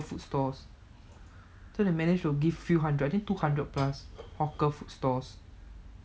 food stalls so they manage to give few hundred I think two hundred plus hawker food stalls